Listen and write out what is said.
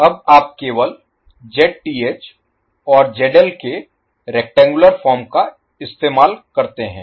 अब आप केवल Zth और ZL के रेक्टेंगुलर फॉर्म को इस्तेमाल करते हैं